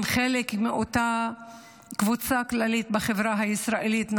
הם חלק מאותה קבוצה כללית בחברה הישראלית,